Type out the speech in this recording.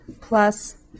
plus